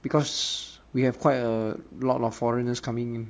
because we have quite a lot of foreigners coming in